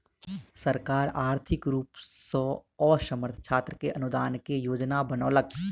सरकार आर्थिक रूप सॅ असमर्थ छात्र के अनुदान के योजना बनौलक